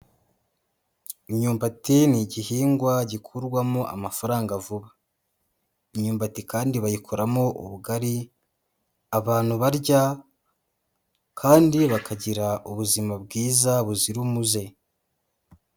Imyumbati ni igihingwa gikurwamo amafaranga vuba, imyumbati kandi bayikoramo ubugari abantu barya kandi bakagira ubuzima bwiza buzira umuze.